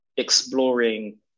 exploring